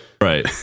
right